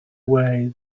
way